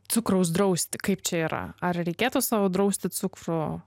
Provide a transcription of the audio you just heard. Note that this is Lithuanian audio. cukraus drausti kaip čia yra ar reikėtų savo drausti cukrų